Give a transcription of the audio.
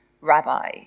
rabbi